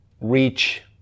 reach